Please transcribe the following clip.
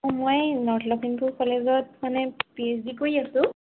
মই নৰ্থ লখিমপুৰ কলেজত মানে পি এইছ ডি কৰি আছোঁ